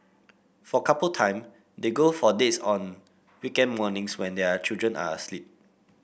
for couple time they go for dates on weekend mornings when their children are asleep